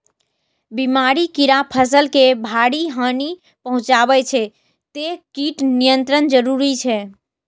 बीमारी, कीड़ा फसल के भारी हानि पहुंचाबै छै, तें कीट नियंत्रण जरूरी छै